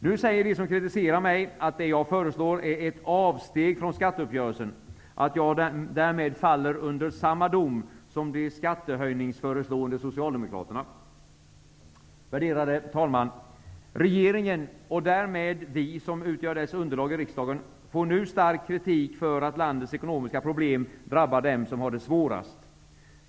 Nu säger de som kritiserar mig att det som jag föreslår är ett avsteg från skatteuppgörelsen och att jag därmed faller under samma dom som de skattehöjningsföreslående socialdemokraterna. Värderade talman! Regeringen -- och därmed vi, som utgör dess underlag i riksdagen -- får nu stark kritik för att landets ekonomiska problem drabbar dem som har det svårast.